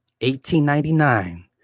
1899